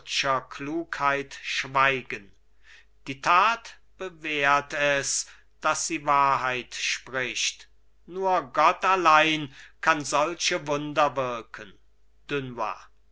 klugheit schweigen die tat bewährt es daß sie wahrheit spricht nur gott allein kann solche wunder wirken